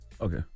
Okay